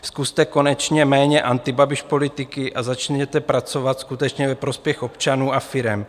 Zkuste konečně méně antibabiš politiky a začněte pracovat skutečně ve prospěch občanů a firem.